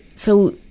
so,